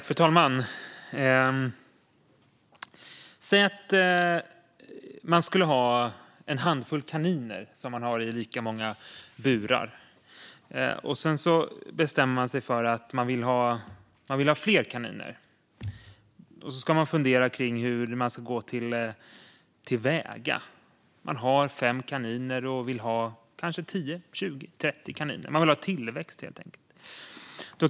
Fru talman! Låt oss säga att man har en handfull kaniner i lika många burar och sedan bestämmer sig för att man vill ha fler kaniner. Man funderar på hur man ska gå till väga. Man har fem kaniner och vill ha 10, 20 eller 30 kaniner. Man vill ha tillväxt, helt enkelt.